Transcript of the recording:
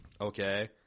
okay